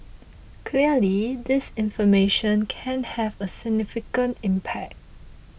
clearly disinformation can have a significant impact